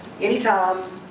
anytime